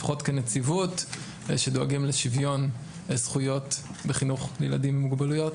לפחות כנציבות שדואגים לשוויון זכויות בחינוך לילדים עם מוגבלויות,